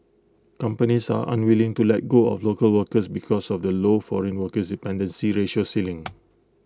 companies are unwilling to let go of local workers because of the low foreign workers dependency ratio ceiling